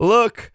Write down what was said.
Look